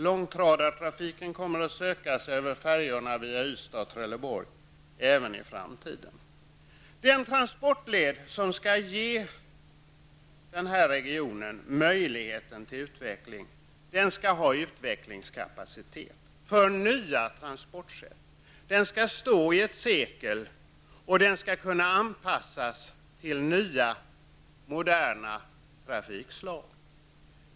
Långtradartrafiken kommer att söka sig till färjorna från Ystad och Trelleborg även i framtiden. Den transportled som skall ge regionen möjligheten till utveckling skall har utvecklingskapacitet för nya transportsätt. Den skall stå i ett sekel, och den skall kunna anpassas till nya moderna trafikslag.